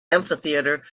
amphitheater